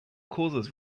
causes